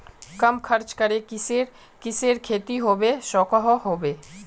कम खर्च करे किसेर किसेर खेती होबे सकोहो होबे?